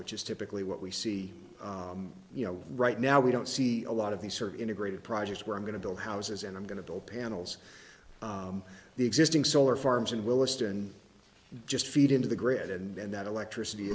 which is typically what we see you know right now we don't see a lot of these serve integrated projects where i'm going to build houses and i'm going to build panels the existing solar farms in willesden just feed into the grid and that electricity